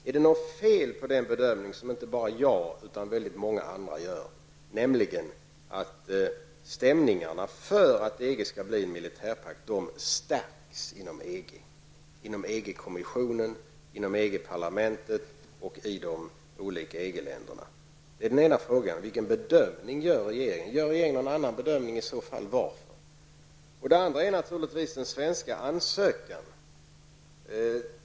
Är det något fel på den bedömning som inte bara jag utan även väldigt många andra gör, nämligen att stämningarna för att EG skall bli en militärpakt stärks inom EG, EG-kommissionen, EG-parlamentet och i de olika EG-länderna? Vilken bedömning gör regeringen? Gör regeringen en annan bedömning, och i så fall varför? Den andra frågan gäller naturligtvis den svenska ansökan.